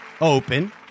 Open